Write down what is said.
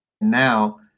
now